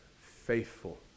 faithful